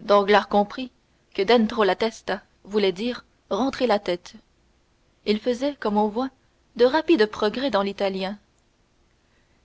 danglars comprit que dentro la testa voulait dire rentrez la tête il faisait comme on voit de rapides progrès dans l'italien